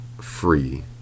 free